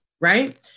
right